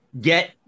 get